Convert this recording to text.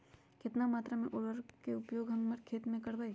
कितना मात्रा में हम उर्वरक के उपयोग हमर खेत में करबई?